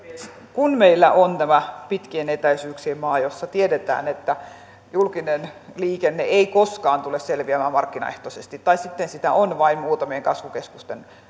kun meillä on tämä pitkien etäisyyksien maa ja tiedetään että täällä julkinen liikenne ei koskaan tule selviämään markkinaehtoisesti tai sitten sitä on vain muutamien kasvukeskusten